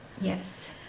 Yes